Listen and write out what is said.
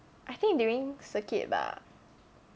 I think during circuit 吧